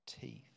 teeth